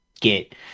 get